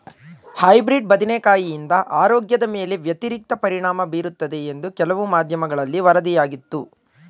hybrid ಬದನೆಕಾಯಿಂದ ಆರೋಗ್ಯದ ಮೇಲೆ ವ್ಯತಿರಿಕ್ತ ಪರಿಣಾಮ ಬೀರುತ್ತದೆ ಎಂದು ಕೆಲವು ಮಾಧ್ಯಮಗಳಲ್ಲಿ ವರದಿಯಾಗಿತ್ತು